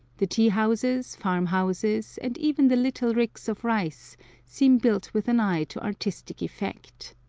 the tea-houses, farm-houses, and even the little ricks of rice seem built with an eye to artistic effect.